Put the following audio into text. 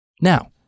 Now